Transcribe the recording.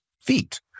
feet